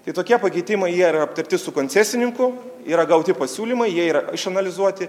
tai tokie pakeitimai jie yra aptarti su koncesininku yra gauti pasiūlymai jie yra išanalizuoti